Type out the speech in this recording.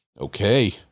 okay